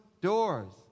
doors